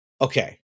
okay